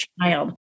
child